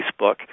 Facebook